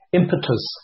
impetus